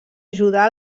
ajudar